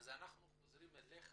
אנחנו חוזרים אליך,